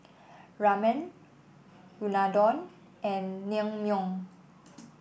Ramen Unadon and Naengmyeon